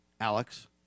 Alex